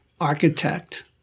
architect